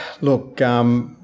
Look